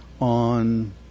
on